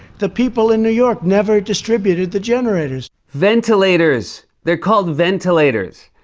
the people in new york never distributed the generators. ventilators! they're called ventilators!